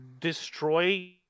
destroy